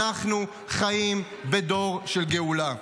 אנחנו חיים בדור של גאולה.